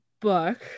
Book